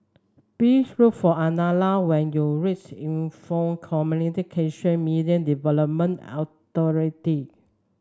please look for Adele when you reach Info Communication Media Development Authority